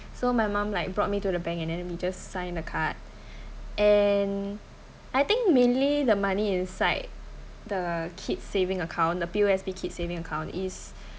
so my mum like brought me to the bank and and then we just sign the card and I think mainly the money inside the kids saving account the P_O_S_B kids saving account